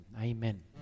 Amen